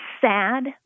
sad